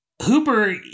Hooper